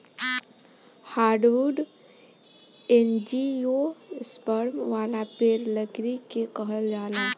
hardwood angiosperm वाला पेड़ लकड़ी के कहल जाला